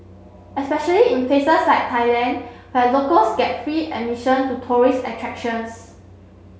especially in places like Thailand where locals get free admission to tourist attractions